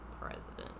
President